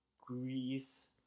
Greece